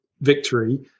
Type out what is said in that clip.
victory